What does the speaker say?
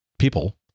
people